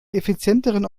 effizienteren